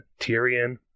Tyrion